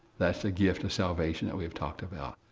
that's the gift of salvation that we've talked about.